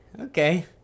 Okay